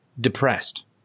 depressed